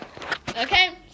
okay